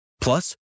Plus